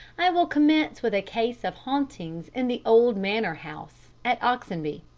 i will commence with a case of hauntings in the old manor house, at oxenby.